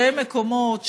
שהם מקומות,